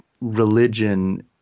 religion